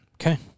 Okay